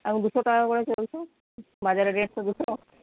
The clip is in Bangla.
এখন দুশো টাকা করে চলছে বাজারে রেট তো দুশো